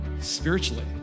spiritually